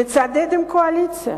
מצדדת בקואליציה